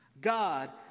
God